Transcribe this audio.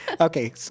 Okay